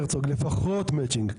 לפחות מצ'ינג.